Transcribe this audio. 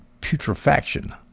putrefaction